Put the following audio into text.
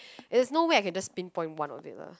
there's no way I can just pinpoint one of it lah